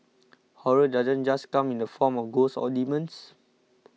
horror doesn't just come in the form of ghosts or demons